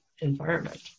environment